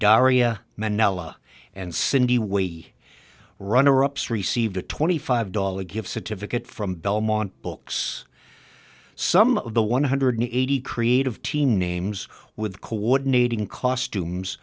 mennella and cindy way runner ups received a twenty five dollars gift certificate from belmont books some of the one hundred eighty creative team names with coordinating cost